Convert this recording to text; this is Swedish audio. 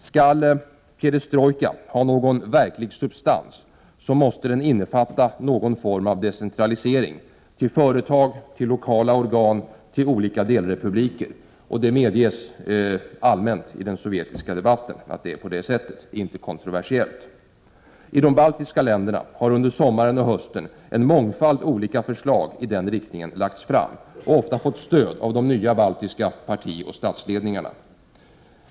Skall perestrojkan ha någon verklig substans, måste den infatta någon form av decentralisering — till företag, till lokala organ, till delrepublikerna — och det medges allmänt i den sovjetiska debatten att det är på det sättet. Det är inte kontroversiellt. I de baltiska länderna har under sommaren och hösten en mångfald olika förslag i den riktningen lagts fram och ofta fått stöd av de nya baltiska partioch statsledningarna.